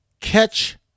catch